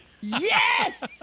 yes